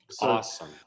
Awesome